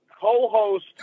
co-host